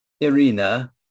Irina